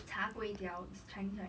char kway teow is chinese right